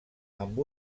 amb